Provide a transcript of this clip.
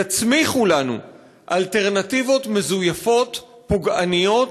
יצמיחו לנו אלטרנטיבות מזויפות, פוגעניות,